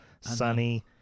sunny